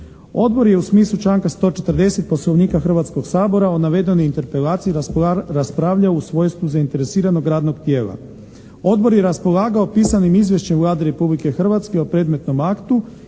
Odbor je u smislu članka 140. Poslovnika Hrvatskog sabora o navedenoj interpelaciji raspravljao u svojstvu zainteresiranog radnog tijela. Odbor je raspolagao pisanim izvješćem Vlade Republike Hrvatske o predmetnom aktu